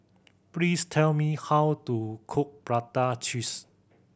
please tell me how to cook prata cheese